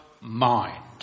mind